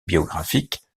biographiques